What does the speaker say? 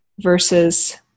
versus